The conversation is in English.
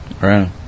Right